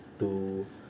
to